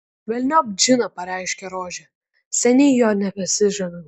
velniop džiną pareiškė rožė seniai juo nebesižaviu